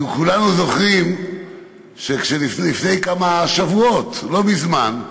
כולנו זוכרים שלפני כמה שבועות, לא מזמן,